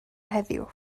heddiw